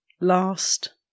last